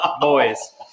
boys